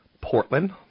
Portland